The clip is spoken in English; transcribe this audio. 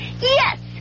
Yes